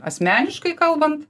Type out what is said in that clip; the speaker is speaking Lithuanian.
asmeniškai kalban